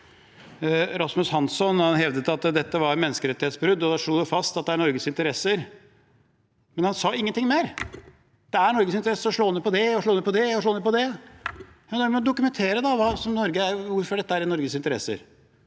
Rasmus Hansson hevdet at dette var menneskerettighetsbrudd og slo fast at det er Norges interesser, men han sa ingenting mer. Det er i Norges interesse å slå ned på det og slå ned på det og slå ned på det. Da må man dokumentere hvorfor dette er i Norges interesse,